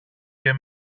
και